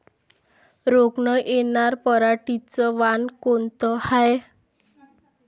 रोग न येनार पराटीचं वान कोनतं हाये?